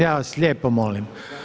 Ja vas lijepo molim.